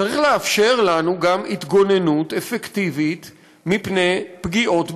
צריך לאפשר לנו גם התגוננות אפקטיבית מפני פגיעות ברשת.